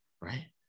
right